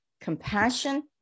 compassion